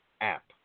app